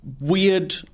weird